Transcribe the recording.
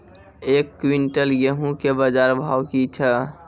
एक क्विंटल गेहूँ के बाजार भाव की छ?